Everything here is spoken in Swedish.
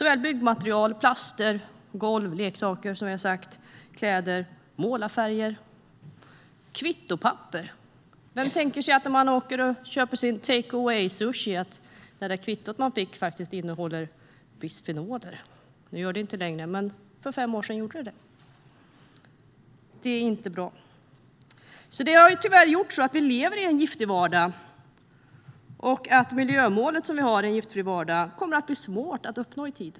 Det är byggmaterial, plaster, golv, leksaker, kläder och målarfärger. Kvittopapper! Vem tänker sig, när man åker och köper take away-sushi, att kvittot man får innehåller bisfenoler? Det gör det inte längre, men för fem år sedan gjorde det det. Det här är inte bra. Det har tyvärr gjort att vi lever i en giftig vardag och att miljömålet som vi har om en giftfri vardag kommer att bli svårt att uppnå i tid.